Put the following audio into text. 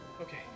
Okay